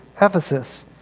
Ephesus